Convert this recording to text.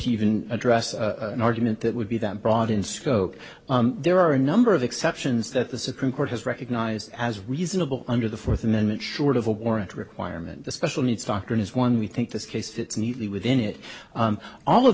even address an argument that would be that broad in scope there are a number of exceptions that the supreme court has recognized as reasonable under the fourth amendment short of a warrant requirement the special needs doctrine is one we think this case fits neatly within it all of